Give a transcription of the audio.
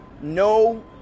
No